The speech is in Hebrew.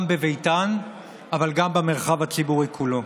גם בביתן אבל גם במרחב הציבורי כולו.